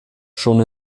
schon